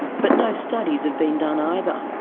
but no studies have been done either.